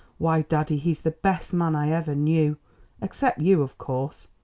why, daddy, he's the best man i ever knew except you, of course.